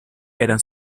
eran